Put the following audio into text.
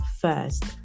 first